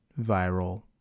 viral